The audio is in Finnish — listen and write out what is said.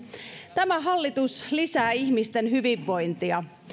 tämä hallitus lisää ihmisten hyvinvointia